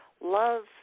love